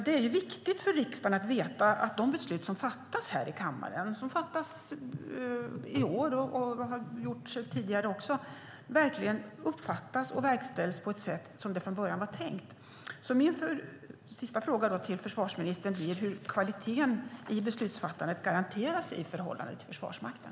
Det är viktigt för riksdagen att veta att de beslut som fattas här i kammaren - som fattas i år och har också har fattats tidigare - verkligen uppfattas och verkställs som det från början var tänkt. Min sista fråga till försvarsministern blir då hur kvaliteten i beslutsfattandet garanteras i förhållande till Försvarsmakten.